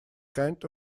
kind